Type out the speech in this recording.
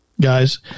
guys